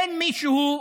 אין מישהו שמדלג,